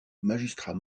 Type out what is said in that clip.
magistrat